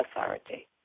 authority